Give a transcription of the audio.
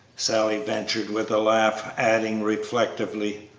sally ventured, with a laugh adding, reflectively,